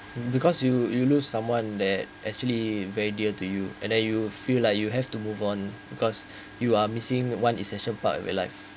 because you you lose someone that actually very dear to you and then you feel like you have to move on because you are missing one essential part of your life